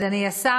אדוני השר,